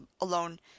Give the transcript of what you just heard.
alone